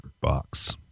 Box